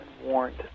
warrant